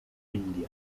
india